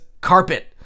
carpet